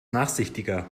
nachsichtiger